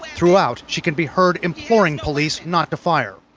throughout she can be heard imploring police not to fire.